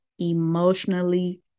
emotionally